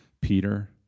Peter